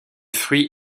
fruit